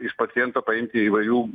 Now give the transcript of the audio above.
iš paciento paimti įvairių